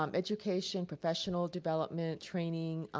um education professional development training,